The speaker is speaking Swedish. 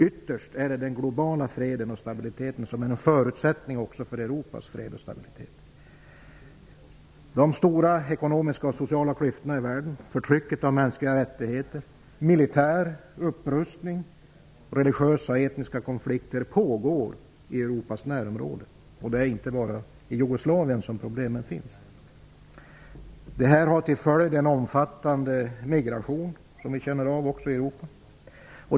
Ytterst är den globala freden och stabiliten en förutsättning också för Europas fred och stabilitet. De ekonomiska och sociala klyftorna i världen är stora. Förtrycket av mänskliga rättigheter, militär upprustning, religiösa och etniska konflikter pågår i Europas närområde. Problemen finns inte bara i Jugoslavien. Detta får till följd en omfattande migration som vi känner av också i Europa.